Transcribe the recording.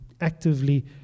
actively